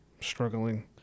Struggling